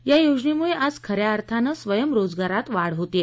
या योजनेमुळं आज खऱ्या अर्थानं स्वयंरोजगारात वाढ होतेय